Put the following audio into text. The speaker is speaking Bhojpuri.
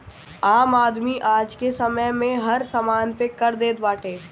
आम आदमी आजके समय में हर समान पे कर देत बाटे